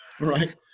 Right